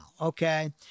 okay